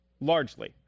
largely